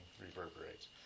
reverberates